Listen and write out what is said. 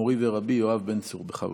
מורי ורבי יואב בן צור, בכבוד.